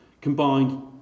combined